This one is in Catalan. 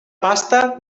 pasta